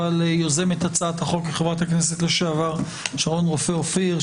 אבל יוזמת הצעת החוק היא חברת הכנסת לשעבר שרון רופא אופיר.